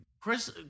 Chris